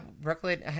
Brooklyn